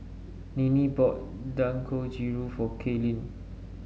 Ninnie bought Dangojiru for Kalyn